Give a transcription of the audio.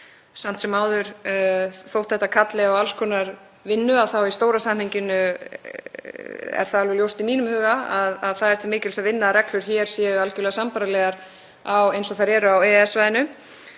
Samt sem áður, þótti þetta kalli á alls konar vinnu, þá er í stóra samhenginu alveg ljóst í mínum huga að það er til mikils að vinna að reglur hér séu algerlega sambærilegar við þær sem eru á EES-svæðinu.